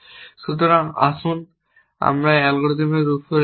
সুতরাং আসুন আমরা এই অ্যালগরিদমের রূপরেখা দিই